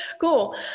Cool